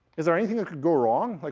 is there anything that could go wrong? like